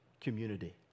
community